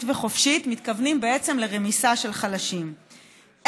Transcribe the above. וחופשית מתכוונים בעצם לרמיסה של חלשים,